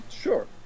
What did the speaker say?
sure